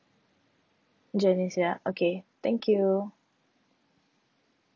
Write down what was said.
janice ya okay thank you